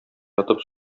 ятып